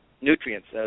nutrients